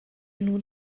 nun